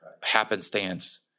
happenstance